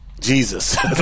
Jesus